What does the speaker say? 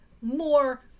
more